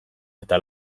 eta